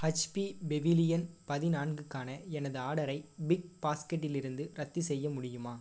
HP pavilion பதினான்குக்கான எனது ஆர்டரை பிக்பாஸ்கெட்டிலிருந்து ரத்து செய்ய முடியுமா